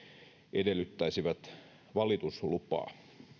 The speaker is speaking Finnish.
edellyttäisivät valituslupaa